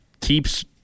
keeps